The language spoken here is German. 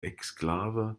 exklave